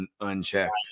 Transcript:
unchecked